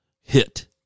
hit